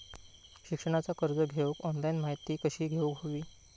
शिक्षणाचा कर्ज घेऊक ऑनलाइन माहिती कशी घेऊक हवी?